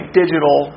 digital